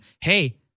Hey